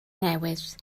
newydd